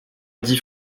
dix